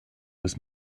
des